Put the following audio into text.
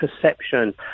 perception